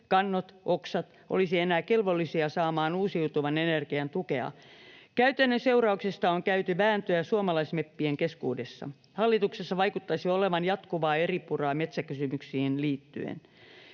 kannot, oksat, olisi enää kelvollista saamaan uusiutuvan energian tukea. Käytännön seurauksista on käyty vääntöä suomalaismeppien keskuudessa. Hallituksessa vaikuttaisi olevan jatkuvaa eripuraa metsäkysymyksiin liittyen.